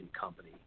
company